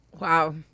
Wow